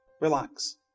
Relax